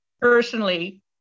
personally